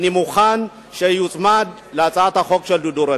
אני מוכן שהיא תוצמד להצעת החוק של דודו רותם.